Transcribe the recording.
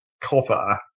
copper